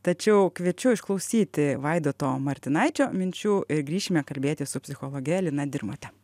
tačiau kviečiu išklausyti vaidoto martinaičio minčių grįšime kalbėtis su psichologe lina dirmote